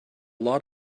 lot